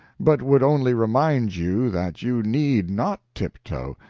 but would only remind you that you need not tiptoe,